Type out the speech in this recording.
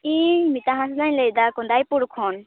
ᱤᱧ ᱢᱤᱛᱟ ᱦᱟᱸᱥᱫᱟᱧ ᱞᱟᱹᱭᱮᱫᱟ ᱠᱚᱸᱫᱟᱭᱯᱩᱨ ᱠᱷᱚᱱ